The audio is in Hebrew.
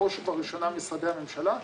בראש ובראשונה משרדי הממשלה,